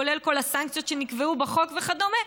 כולל כל הסנקציות שנקבעו בחוק וכדומה,